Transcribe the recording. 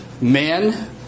men